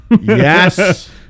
yes